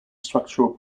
structural